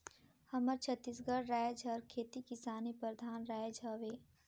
हमर छत्तीसगढ़ राएज हर खेती किसानी परधान राएज हवे